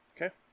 Okay